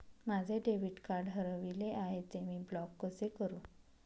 माझे debit card हरविले आहे, ते मी ब्लॉक कसे करु?